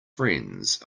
friends